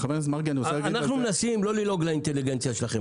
אנחנו מנסים לא ללעוג לאינטליגנציה שלכם.